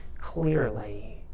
clearly